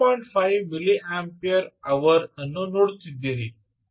5 milliampere hour ಅನ್ನು ನೋಡುತ್ತಿದ್ದೀರಿ